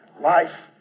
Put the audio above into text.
Life